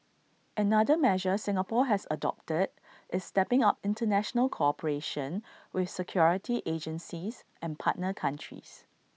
another measure Singapore has adopted is stepping up International cooperation with security agencies and partner countries